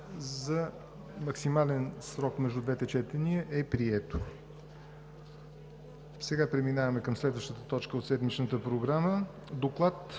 за максимален срок между двете четения е прието. Преминаваме към следващата точка от седмичната програма: ДОКЛАД